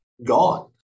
Gone